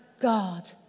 God